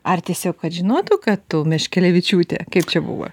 ar tiesiog kad žinotų kad tu meškelevičiūtė kaip čia buvo